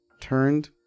turned